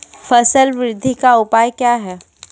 फसल बृद्धि का उपाय क्या हैं?